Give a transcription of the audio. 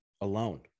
alone